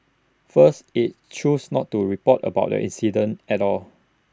first IT chose not to report about the incident at all